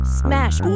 smash